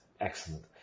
Excellent